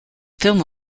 film